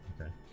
Okay